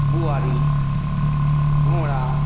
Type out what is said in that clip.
बुआरी भौरा